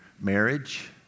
marriage